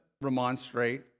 remonstrate